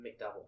McDouble